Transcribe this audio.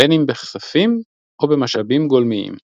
בין אם בכספים או במשאבים גולמיים.